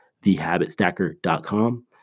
Thehabitstacker.com